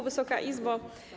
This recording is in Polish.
Wysoka Izbo!